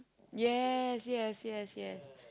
yes yes yes yes